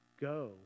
go